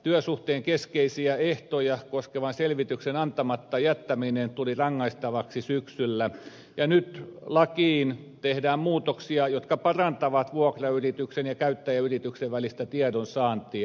työsuhteen keskeisiä ehtoja koskevan selvityksen antamatta jättäminen tuli rangaistavaksi syksyllä ja nyt lakiin tehdään muutoksia jotka parantavat vuokrayrityksen ja käyttäjäyrityksen välistä tiedonsaantia